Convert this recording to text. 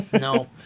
No